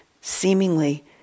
seemingly